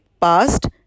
past